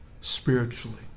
spiritually